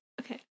Okay